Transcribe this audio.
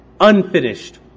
unfinished